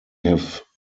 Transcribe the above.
have